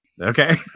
Okay